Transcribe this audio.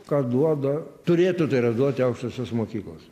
ką duoda turėtų tai yra duoti aukštosios mokyklos